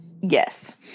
Yes